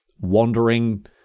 wandering